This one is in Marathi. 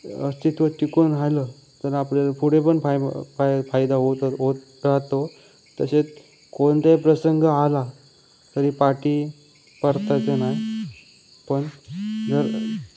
अस्तित्व टिकून राहिलं तर आपल्याला पुढे पण फाय फ फाय फायदा होत होत राहतो तसेच कोणताही प्रसंग आला तरी पाठी परतायचं नाही पण जर